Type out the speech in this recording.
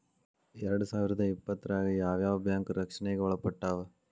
ಎರ್ಡ್ಸಾವಿರ್ದಾ ಇಪ್ಪತ್ತ್ರಾಗ್ ಯಾವ್ ಯಾವ್ ಬ್ಯಾಂಕ್ ರಕ್ಷ್ಣೆಗ್ ಒಳ್ಪಟ್ಟಾವ?